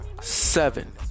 seven